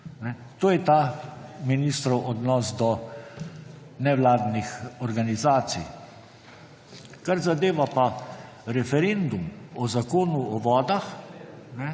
To je ta ministrov odnos do nevladnih organizacij. Kar zadeva pa referendum o Zakonu o vodah,